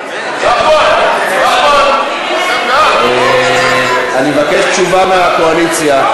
אני מבקש תשובה מהקואליציה.